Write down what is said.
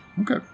Okay